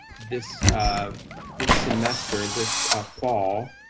this this semester, this fall.